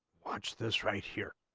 watch this right here